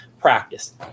practice